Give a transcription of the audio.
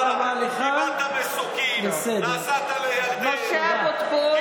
דיברת איתם, עם המלך.